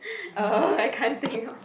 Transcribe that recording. uh I can't think